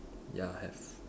ya have